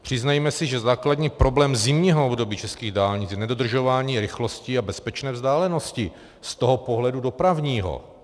Přiznejme si, že základní problém zimního období českých dálnic je nedodržování rychlosti a bezpečné vzdálenosti z toho pohledu dopravního!